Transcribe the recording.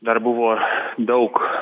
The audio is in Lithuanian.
dar buvo daug